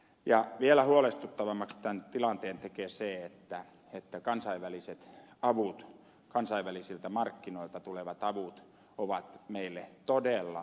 ja vielä huolestuttavammaksi tämän tilanteen tekee se että kansainvälisiltä markkinoilta tulevat avut ovat meille todella heikonlaiset